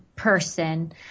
person